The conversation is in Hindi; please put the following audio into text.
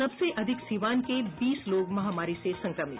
सबसे अधिक सिवान के बीस लोग महामारी से संक्रमित